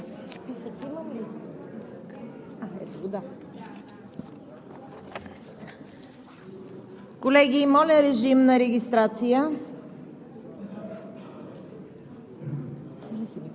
Колеги, моля режим на регистрация. Борис